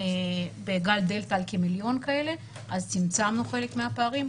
בגל הדלתא היינו על כמיליון כאלה וצמצמנו חלק מהפערים,